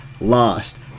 lost